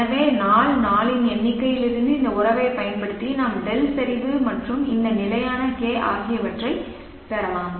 எனவே நாள் நாளின் எண்ணிக்கையிலிருந்து இந்த உறவைப் பயன்படுத்தி நாம் δ சரிவு மற்றும் இந்த நிலையான K ஆகியவற்றைப் பெறலாம்